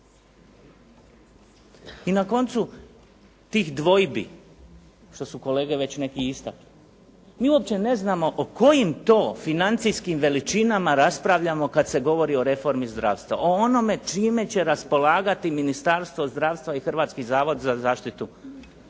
I na koncu tih dvojbi, što su kolege već neki istakli, mi uopće ne znamo o kojim to financijskim veličinama raspravljamo kad se govori o reformi zdravstva, o onome čime će raspolagati Ministarstvo zdravstva i Hrvatski zavod za zdravstvenu